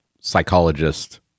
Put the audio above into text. psychologist